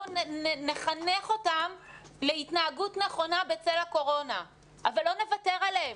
בואו נחנך אותם להתנהגות נכונה בצל הקורונה אבל לא נוותר עליהם.